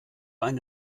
eine